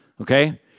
Okay